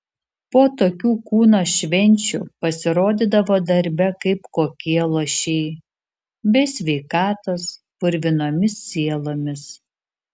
po tokių kūno švenčių pasirodydavo darbe kaip kokie luošiai be sveikatos purvinomis sielomis